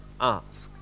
ask